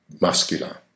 muscular